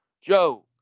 Joe